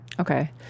Okay